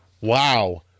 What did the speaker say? wow